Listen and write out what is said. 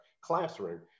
classroom